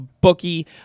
bookie